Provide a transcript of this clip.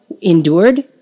endured